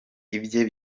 ibye